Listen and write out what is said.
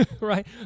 right